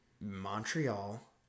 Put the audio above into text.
Montreal